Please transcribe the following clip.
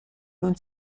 non